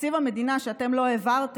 תקציב המדינה, שאתם לא העברתם,